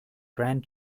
grand